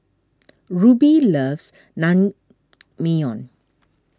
Ruby loves Naengmyeon